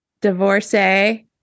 Divorcee